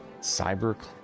Cyber